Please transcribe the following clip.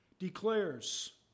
declares